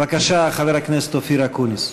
בבקשה, חבר הכנסת אופיר אקוניס.